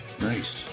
Nice